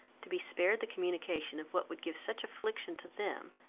to be spared the communication of what would give such affliction to them,